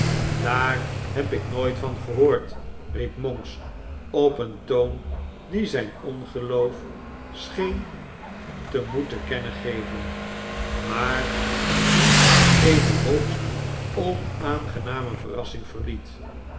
daar heb ik nooit van gehoord riep monks op een toon die zijn ongeloof scheen te moeten te kennen geven maar die eene hoogst onaangename verrassing verried